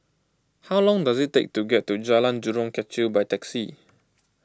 how long does it take to get to Jalan Jurong Kechil by taxi